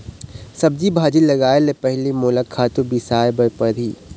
सब्जी भाजी लगाए ले पहिली मोला खातू बिसाय बर परही